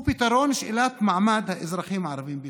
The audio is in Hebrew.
פתרון שאלת מעמד האזרחים הערבים בישראל,